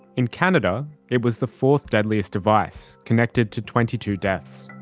in canada it was the fourth deadliest device, connected to twenty two deaths.